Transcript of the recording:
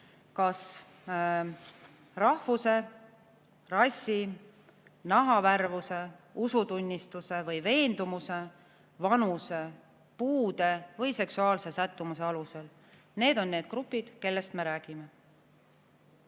kas rahvuse, rassi, nahavärvuse, usutunnistuse, veendumuse, vanuse, puude või seksuaalse sättumuse alusel. Need on need grupid, kellest me räägime.